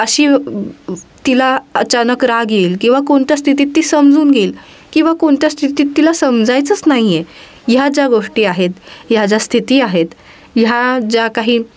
अशी तिला अचानक राग येईल किंवा कोणत्या स्थितीत ती समजून घईल किंवा कोणत्या स्थितीत तिला समजायचच नाही आहे ह्या ज्या गोष्टी आहेत ह्या ज्या स्थिती आहेत ह्या ज्या काही